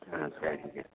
ஆ சரிங்க